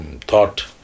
thought